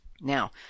now